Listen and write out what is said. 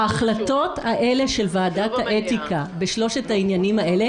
אני לא אטען בפניכם בנושאים האלה.